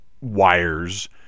wires